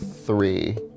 three